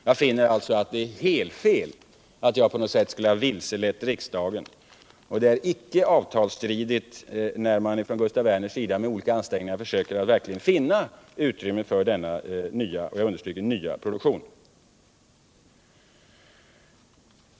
Jag finner alltså att det på något sätt är helt fel att påstå att jag skulle ha vilselett riksdagen. Det är icke avtalsstridigt när man från Gustaf Werners sida med olika ansträngningar försöker finna utrymme för denna nya produktion.